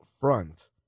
front